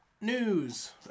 news